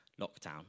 lockdown